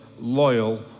loyal